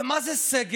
ומה זה סגר?